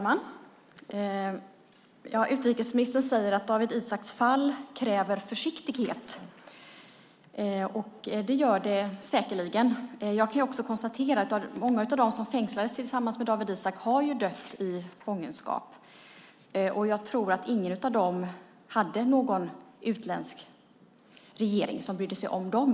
Herr talman! Utrikesministern sade att fallet Dawit Isaak kräver försiktighet. Det gör det säkerligen. Många av dem som fängslades med Dawit Isaak har dött i fångenskap, och de hade förmodligen ingen utländsk regering som brydde sig om dem.